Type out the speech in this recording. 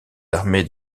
armées